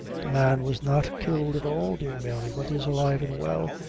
the man was not killed at all, dear mary, but is alive and well,